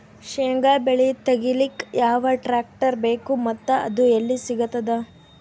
ಶೇಂಗಾ ಬೆಳೆ ತೆಗಿಲಿಕ್ ಯಾವ ಟ್ಟ್ರ್ಯಾಕ್ಟರ್ ಬೇಕು ಮತ್ತ ಅದು ಎಲ್ಲಿ ಸಿಗತದ?